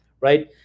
right